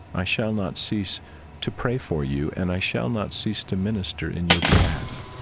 i shall not cease to pray for you, and i shall not cease to minister in your behalf